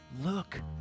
look